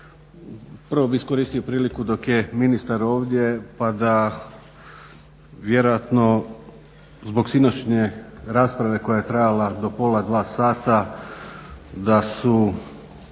Prvo bih iskoristio priliku dok je ministar ovdje pa da vjerojatno zbog sinoćnje rasprave koja je trajala do pola dva sata da su